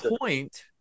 point